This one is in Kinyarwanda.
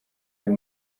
ayo